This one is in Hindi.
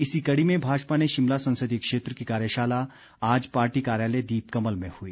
इसी कड़ी में भाजपा ने शिमला संसदीय क्षेत्र की कार्यशाला आज पार्टी कार्यालय दीप कमल में हुई